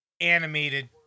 animated